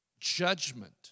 judgment